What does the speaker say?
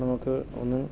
നമുക്ക് ഒന്നും